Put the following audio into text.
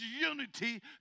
unity